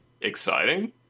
exciting